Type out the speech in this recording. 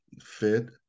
fit